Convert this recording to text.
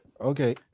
okay